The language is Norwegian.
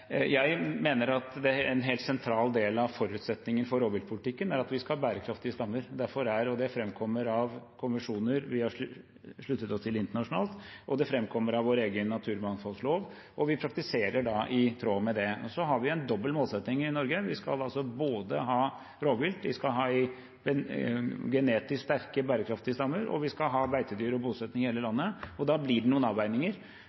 Jeg mener at en helt sentral del av forutsetningen for rovviltpolitikken er at vi skal ha bærekraftige stammer. Det framkommer av konvensjoner vi har sluttet oss til internasjonalt, og det framkommer av vår egen naturmangfoldlov. Vi praktiserer da i tråd med det. Så har vi en dobbel målsetting i Norge. Vi både skal ha rovvilt, vi skal ha genetisk sterke, bærekraftige stammer, og vi skal ha beitedyr og bosetning i hele landet. Da blir det noen avveininger,